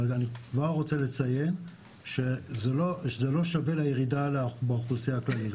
אני רוצה לסייג שזה לא שווה לירידה באוכלוסייה הכללית.